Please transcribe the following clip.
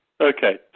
Okay